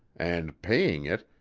and, paying it,